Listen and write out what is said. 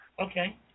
Okay